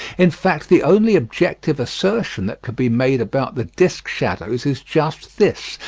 in fact the only objective assertion that can be made about the disc-shadows is just this,